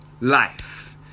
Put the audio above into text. life